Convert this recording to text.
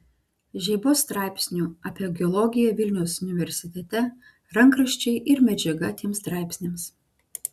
žeibos straipsnių apie geologiją vilniaus universitete rankraščiai ir medžiaga tiems straipsniams